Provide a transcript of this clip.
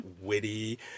witty